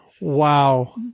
Wow